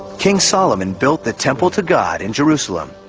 king solomon built the temple to god in jerusalem.